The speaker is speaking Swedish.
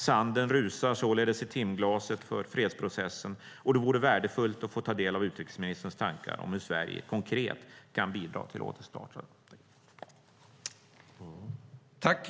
Sanden rusar således i timglaset för fredsprocessen och det vore värdefullt att få ta del av utrikesministerns tankar om hur Sverige konkret kan bidra till att återstarta den.